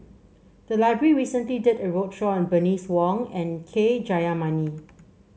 the library recently did a roadshow on Bernice Wong and K Jayamani